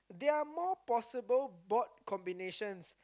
there are more possible board combinations